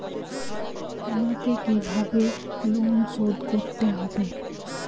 আমাকে কিভাবে লোন শোধ করতে হবে?